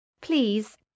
Please